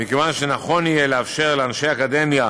כי מכיוון שנכון יהיה לאפשר לאנשי אקדמיה